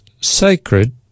sacred